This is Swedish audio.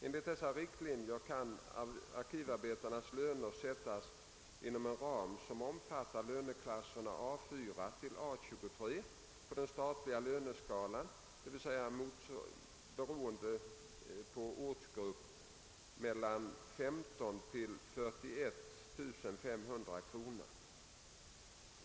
Enligt dessa riktlinjer kan arkivarbetarnas löner sättas inom en ram som omfattar löneklasserna A 4—A 23 på den statliga löneskalan, dvs. beroende på ortsgrupp mellan 15 000 och 41 500 kr.